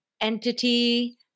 entity